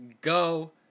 go